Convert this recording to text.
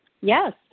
Yes